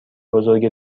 بزرگ